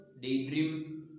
daydream